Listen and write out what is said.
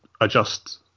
adjust